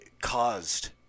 caused